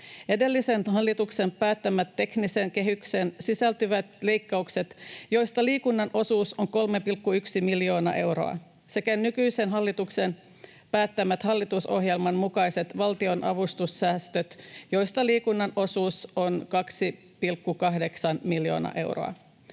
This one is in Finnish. edellisen hallituksen päättämät tekniseen kehykseen sisältyvät leikkaukset, joista liikunnan osuus on 3,1 miljoonaa euroa, sekä nykyisen hallituksen päättämät hallitusohjelman mukaiset valtionavustussäästöt, joista liikunnan osuus on 2,8 miljoonaa euroa.